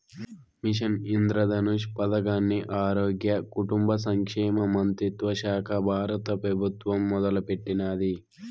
machine Indradhanush పదకాన్ని ఆరోగ్య, కుటుంబ సంక్షేమ మంత్రిత్వశాక బారత పెబుత్వం మొదలెట్టినాది